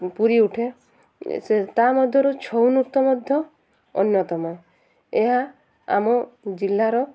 ପୁରି ଉଠେ ସେ ତା ମଧ୍ୟରୁ ଛଉ ନୃତ୍ୟ ମଧ୍ୟ ଅନ୍ୟତମ ଏହା ଆମ ଜିଲ୍ଲାର